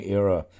era